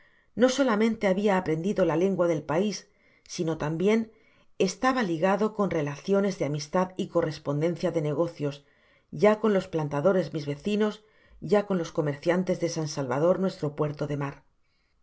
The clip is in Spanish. no solamente habia aprendido la lengua del pais sino tambien estaba ligado con relaciones de amistad y correspondencia de negocios ya con los plantadores mis vecinos ya con los comerciantes de san salvador nuestro puerto de mar